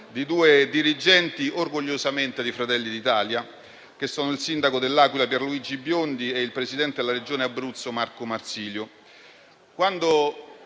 di due dirigenti, orgogliosamente di Fratelli d'Italia, che sono il sindaco di L'Aquila Pierluigi Biondi e il presidente della Regione Abruzzo Marco Marsilio.